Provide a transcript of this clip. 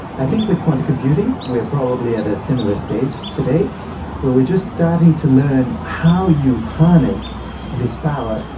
i think with quantum computing we are probably at a similar stage today where we are just starting to learn how you harness this power,